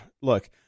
Look